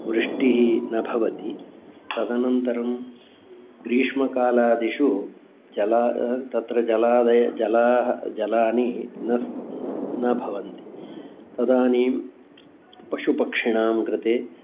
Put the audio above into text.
वृष्टिः न भवति तदनन्तरं ग्रीष्मकालादिषु जला तत्र जलादय जलाः जलाः नस न भवन्ति तदानीं पशुपक्षिणां कृते